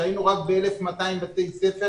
עת היינו רק ב-1,200 בתי ספר,